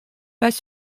pas